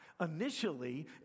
initially